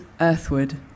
Earthward